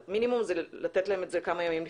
המינימום זה לתת להם את זה כמה ימים לפני.